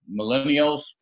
Millennials